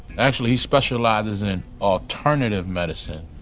actually he specializes in. alternative medicine.